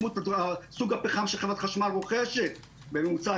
סוג הפחם שחברת חשמל רוכשת בממוצע,